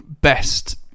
best